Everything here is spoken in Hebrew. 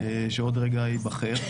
שעוד רגע ייבחר.